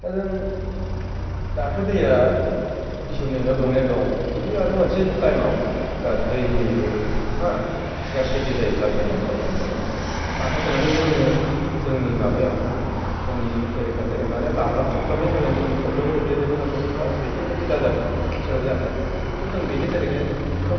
दा जों दाथ' दैया इसोरनि अननायाव दंनाया दं जुदि आरो मोनसे टाइमाव जा दैनिबो हा स्कारसिटि जायोब्लाथाय होमब्लाथाय आरो जों माखासेमानि जोंनो जोंनि माबायाव जोंनि केरेक्टारनि थाखाय माने लाब लाब साब साबनि थाखायनो जों प्रब्लेमाव गोग्लैनोबो हागौ दा बेफोरबायदि दाजाथों इसराबो दा खालामथों स' जों बेनि थाखायनो खोब